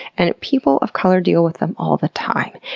and people of color deal with them all the time.